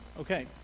Okay